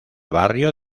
barrio